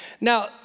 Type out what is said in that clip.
Now